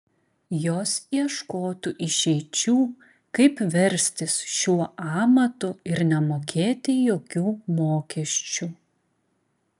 jos ieškotų išeičių kaip verstis šiuo amatu ir nemokėti jokių mokesčių